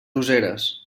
useres